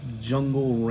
jungle